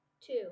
two